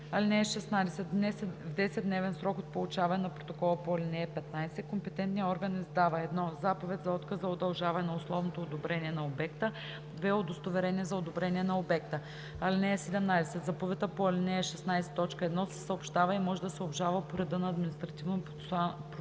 (16) В 10-дневен срок от получаване на протокола по ал. 15, компетентният орган издава: 1. заповед за отказ за удължаване на условното одобрение на обекта; 2. удостоверение за одобрение на обекта. (17) Заповедта по ал. 16, т. 1 се съобщава и може да се обжалва по реда на Административнопроцесуалния